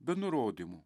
be nurodymų